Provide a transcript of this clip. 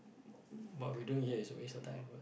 what we doing here is a waste of time what